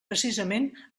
precisament